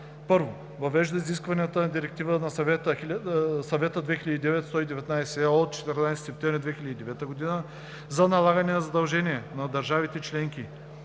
1. въвежда изискванията на Директива на Съвета 2009/119/ЕО от 14 септември 2009 г. за налагане на задължение на държавите членки